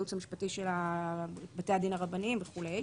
הייעוץ המשפטי של בתי הדין הרבניים וכו'.